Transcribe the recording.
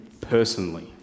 personally